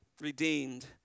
redeemed